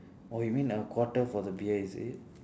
oh you mean a quarter for the beer is it